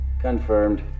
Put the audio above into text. Confirmed